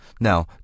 Now